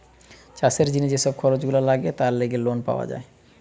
চাষের জিনে যে সব খরচ গুলা লাগে তার লেগে লোন পাওয়া যায়